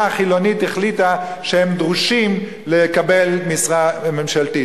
החילונית החליטה שהם דרושים כדי לקבל משרה ממשלתית.